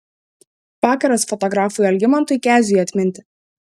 vakaras fotografui algimantui keziui atminti